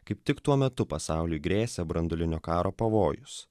kaip tik tuo metu pasaulyje grėsė branduolinio karo pavojus